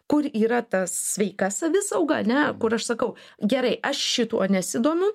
kur yra ta sveika savisauga ane kur aš sakau gerai aš šituo nesidomiu